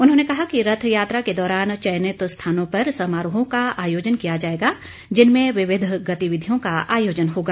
उन्होंने कहा कि रथ यात्रा के दौरान चयनित स्थानों पर समारोहों का आयोजन किया जाएगा जिनमें विविध गतिविधियों का आयोजन होगा